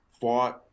fought